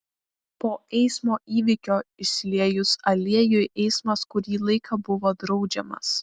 po eismo įvykio išsiliejus aliejui eismas kurį laiką buvo draudžiamas